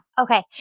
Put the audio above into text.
Okay